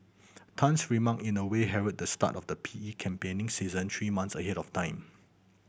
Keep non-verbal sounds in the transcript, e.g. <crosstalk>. Tan's remark in a way herald the start of the P E campaigning season three months ahead of time <noise>